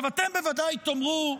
אתם בוודאי תאמרו,